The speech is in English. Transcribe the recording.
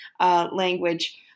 Language